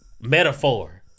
metaphor